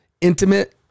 intimate